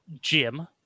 Jim